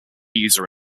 user